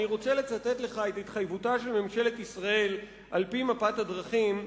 אני רוצה לצטט לך את התחייבותה של ממשלת ישראל על-פי מפת הדרכים,